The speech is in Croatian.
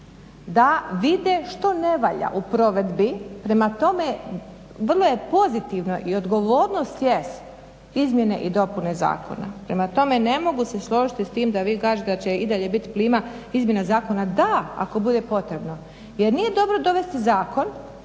da vide što ne valja u provedbi. Prema tome, vrlo je pozitivno i odgovornost jest izmjene i dopune zakona. Prema tome, ne mogu se složiti s tim da vi kažete da će i dalje biti plima. Izmjena zakona da ako bude potrebno, jer nije dobro dovesti zakon,